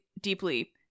deeply